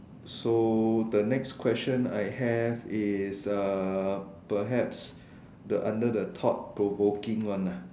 so the next question I have is uh perhaps the under the thought provoking one ah